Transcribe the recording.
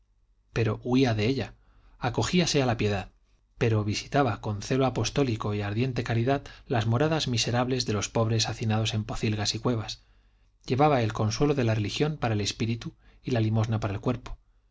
pero huía de ella acogíase a la piedad y visitaba con celo apostólico y ardiente caridad las moradas miserables de los pobres hacinados en pocilgas y cuevas llevaba el consuelo de la religión para el espíritu y la limosna para el cuerpo